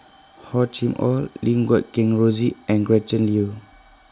Hor Chim Or Lim Guat Kheng Rosie and Gretchen Liu